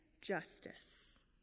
justice